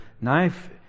knife